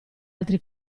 altri